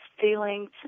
feelings